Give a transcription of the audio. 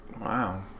Wow